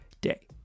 day